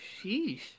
Sheesh